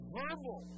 verbal